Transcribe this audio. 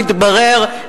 מתברר,